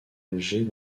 alger